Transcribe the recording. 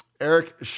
Eric